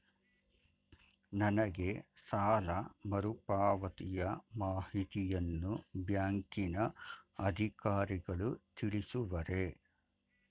ನನಗೆ ಸಾಲ ಮರುಪಾವತಿಯ ಮಾಹಿತಿಯನ್ನು ಬ್ಯಾಂಕಿನ ಅಧಿಕಾರಿಗಳು ತಿಳಿಸುವರೇ?